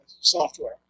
software